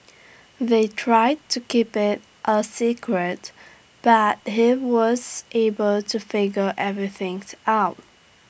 they tried to keep IT A secret but he was able to figure everythings out